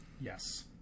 Yes